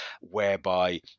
whereby